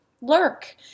lurk